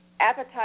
appetite